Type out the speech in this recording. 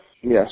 Yes